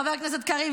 חבר הכנסת קריב,